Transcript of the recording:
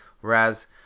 whereas